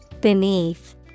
Beneath